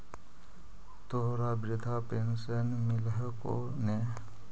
तोहरा वृद्धा पेंशन मिलहको ने?